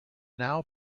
now